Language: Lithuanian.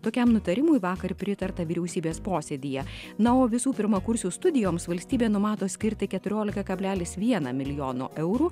tokiam nutarimui vakar pritarta vyriausybės posėdyje na o visų pirmakursių studijoms valstybė numato skirti keturiolika kablelis vieną milijono eurų